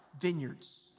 vineyards